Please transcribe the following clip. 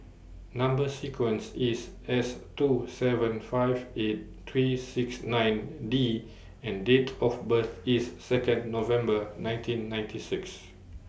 Number sequence IS S two seven five eight three six nine D and Date of birth IS Second November nineteen ninety six